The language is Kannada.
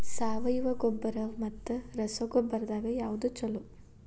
ಸಾವಯವ ಗೊಬ್ಬರ ಮತ್ತ ರಸಗೊಬ್ಬರದಾಗ ಯಾವದು ಛಲೋ?